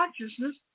consciousness